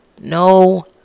no